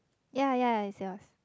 ya ya it's yours